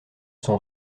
son